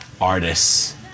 artists